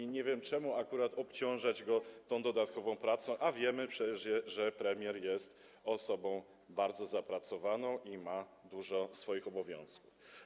I nie wiem, czemu akurat mamy obciążać go tą dodatkową pracą, a wiemy przecież, że premier jest osobą bardzo zapracowaną i ma dużo swoich obowiązków.